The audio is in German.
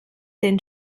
den